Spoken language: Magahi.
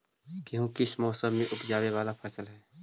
गेहूं किस मौसम में ऊपजावे वाला फसल हउ?